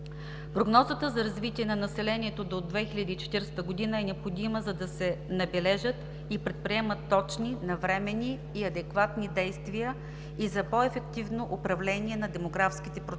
Прогнозата за развитие на населението до 2040 г. е необходима, за да се набележат и предприемат точни, навременни и адекватни действия и за по-ефективно управление на демографските процеси,